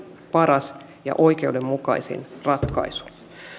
paras ja oikeudenmukaisin ratkaisu